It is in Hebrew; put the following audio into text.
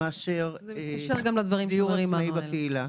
זה מתקשר לדברים של עמנואל.